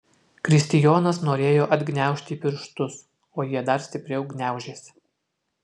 kristijonas norėjo atgniaužti pirštus o jie dar stipriau gniaužėsi